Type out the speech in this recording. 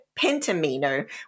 pentamino